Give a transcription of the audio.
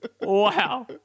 Wow